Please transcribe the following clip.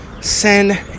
Send